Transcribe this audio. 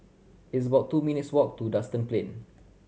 it's about two minutes' walk to Duxton Plain